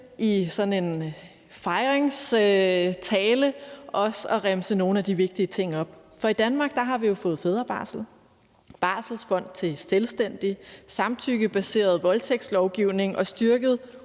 i sådan en fejringstale også at remse nogle af de vigtige ting op. For i Danmark har vi jo fået fædrebarsel; barselsfond til selvstændige; en samtykkebaseret voldtægtslovgivning og styrkede